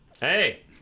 Hey